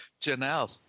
Janelle